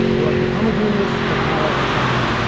we want to be homogeneous, but not isotropic.